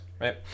right